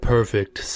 Perfect